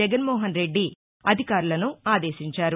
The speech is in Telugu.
జగన్మోహన్రెడ్డి అధికారులను ఆదేశించారు